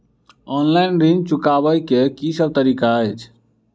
Online ऋण चुकाबै केँ की सब तरीका अछि?